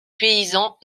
paysans